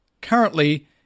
currently